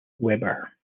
weber